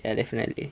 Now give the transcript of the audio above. ya definitely